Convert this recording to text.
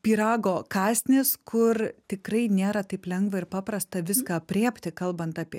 pyrago kąsnis kur tikrai nėra taip lengva ir paprasta viską aprėpti kalbant apie